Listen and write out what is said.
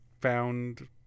found